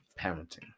parenting